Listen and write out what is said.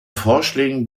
vorschlägen